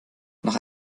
nach